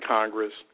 Congress